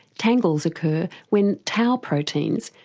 tangles occur when tau proteins,